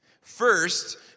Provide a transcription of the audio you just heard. First